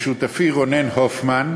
לשותפי רונן הופמן,